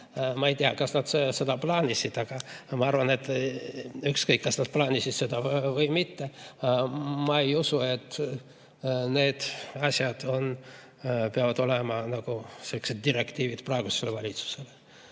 Ma ei tea, kas nad seda plaanisid, aga ma arvan, et ükskõik, kas nad plaanisid seda või mitte, ma ei usu, et need asjad on või peavad olema direktiivid praegusele valitsusele.